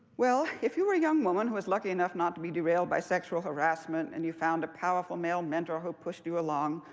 well, if you were a young woman who was lucky enough not to be derailed by sexual harassment, and you found a powerful male mentor who pushed you along,